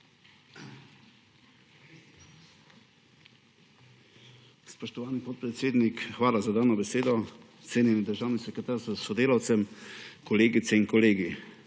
Spoštovani podpredsednik, hvala za dano besedo. Cenjeni državni sekretar s sodelavcem, kolegice in kolegi!